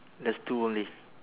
there's two only